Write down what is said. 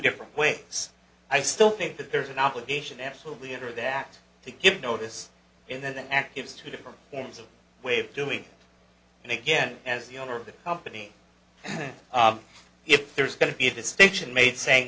different ways i still think that there's an obligation absolutely under the act to give notice and then act gives two different forms a way of doing it again as the owner of the company if there's going to be a distinction made saying